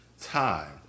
time